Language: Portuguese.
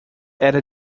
era